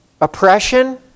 oppression